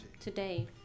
today